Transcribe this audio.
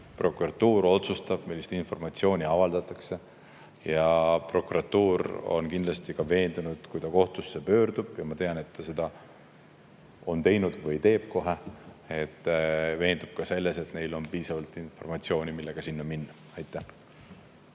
prokuratuur otsustab, millist informatsiooni avaldatakse, ja prokuratuur on veendunud, kui ta kohtusse pöördub – ma tean, et ta on seda teinud või teeb kohe –, ka selles, et neil on piisavalt informatsiooni, millega sinna minna. Varro